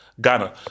Ghana